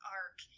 arc